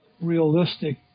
realistic